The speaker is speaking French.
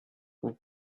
vous